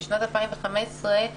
בשנת 2015,